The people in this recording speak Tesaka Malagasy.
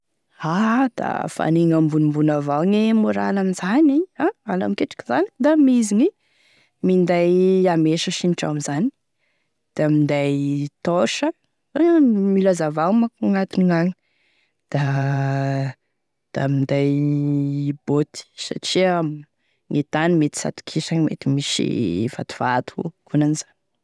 A dafa anigny ambonimbony avao gne moraly amin'izany, a ala mingitroky zany da mizigny, minday amesa signitry amin'izany da minday torche, mila hazavagny manko agnatiny agny, da da minday botte satria gne tany mety tsy atokisagny mety misy vatovato akonan'izany.